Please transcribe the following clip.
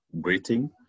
greeting